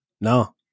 No